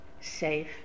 safe